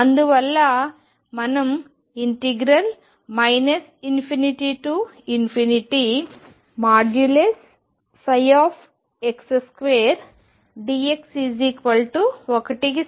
అందువల్ల మనం ∞ ψ2dx 1కి